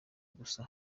gusa